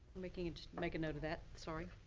make a make a note of that. sorry.